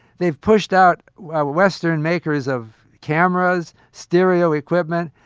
they've pushed out western makers of cameras, stereo equipment.